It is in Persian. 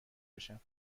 بشم